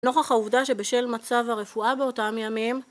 נוכח העובדה שבשל מצב הרפואה באותם ימים